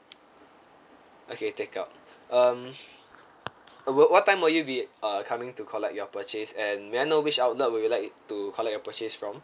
okay take out um what time would you be uh coming to collect your purchase and may I know which outlet would you like to collect your purchase from